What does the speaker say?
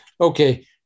okay